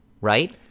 right